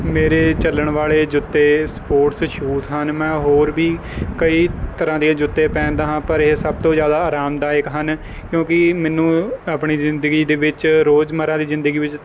ਮੇਰੇ ਚੱਲਣ ਵਾਲੇ ਜੁੱਤੇ ਸਪੋਰਟਸ ਸ਼ੂਜ਼ ਹਨ ਮੈਂ ਹੋਰ ਵੀ ਕਈ ਤਰ੍ਹਾਂ ਦੇ ਜੁੱਤੇ ਪਹਿਨਦਾ ਹਾਂ ਪਰ ਇਹ ਸਭ ਤੋਂ ਜ਼ਿਆਦਾ ਆਰਾਮਦਾਇਕ ਹਨ ਕਿਉਂਕੀ ਮੈਨੂੰ ਆਪਣੀ ਜ਼ਿੰਦਗੀ ਦੇ ਵਿੱਚ ਰੋਜ਼ ਮਰਾ ਦੀ ਜ਼ਿੰਦਗੀ ਵਿੱਚ